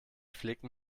flicken